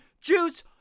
Juice